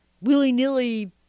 willy-nilly